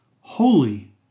holy